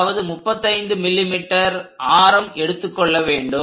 அதாவது 35 mm ஆரம் எடுத்துக் கொள்ள வேண்டும்